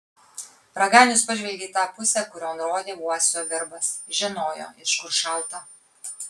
raganius pažvelgė į tą pusę kurion rodė uosio virbas žinojo iš kur šauta